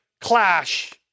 clash